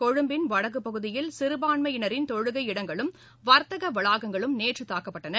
கொழும்புவின் வடக்குப் பகுதியில் சிறுபான்மையினரின் தொழுகை இடங்களும் வர்த்தக வளாகங்களும் நேற்று தாக்கப்பட்டன